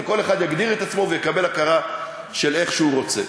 וכל אחד יגדיר את עצמו ויקבל הכרה של איך שהוא רוצה.